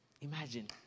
Imagine